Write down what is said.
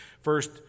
First